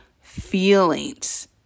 feelings